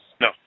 No